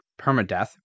permadeath